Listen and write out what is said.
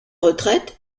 retraite